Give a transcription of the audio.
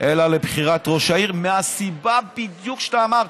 אלא לבחירת ראש העיר, בדיוק מהסיבה שאתה אמרת.